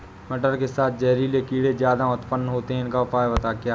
मटर के साथ जहरीले कीड़े ज्यादा उत्पन्न होते हैं इनका उपाय क्या है?